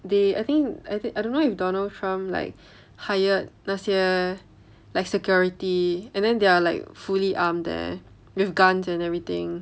they I think I I don't know if donald trump like hired 那些 like security and then they are like fully armed there with guns and everything